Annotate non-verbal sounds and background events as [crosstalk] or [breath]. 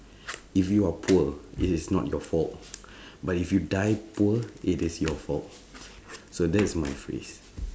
if you are poor it is not your fault [breath] but if you die poor it is your fault so that is my phrase